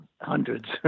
hundreds